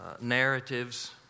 narratives